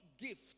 gift